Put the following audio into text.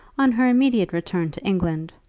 on her immediate return to england,